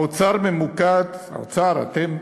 האוצר ממוקד, האוצר, אתם,